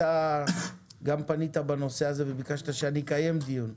אתה פנית בנושא הזה וביקשת שאני אקיים דיון.